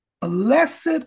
Blessed